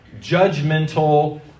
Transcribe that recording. judgmental